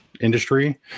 industry